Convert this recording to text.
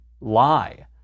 lie